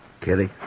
Kitty